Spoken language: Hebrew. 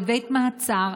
לבית מעצר,